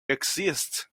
exists